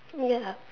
ya